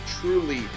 truly